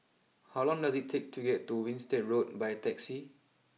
how long does it take to get to Winstedt Road by taxi